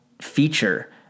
feature